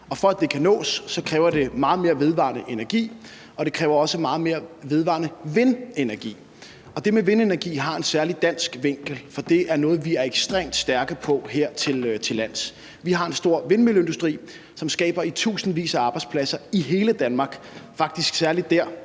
for at det kan nås, kræver det meget mere vedvarende energi. Det kræver også meget mere vedvarende vindenergi, og det med vindenergi har en særlig dansk vinkel, for det er noget, vi er ekstremt stærke på hertillands. Vi har en stor vindmølleindustri, som skaber titusindvis af arbejdspladser i hele Danmark, faktisk særlig der,